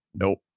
Nope